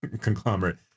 conglomerate